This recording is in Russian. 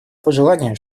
пожелание